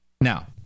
Now